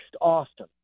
Austin